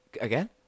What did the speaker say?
again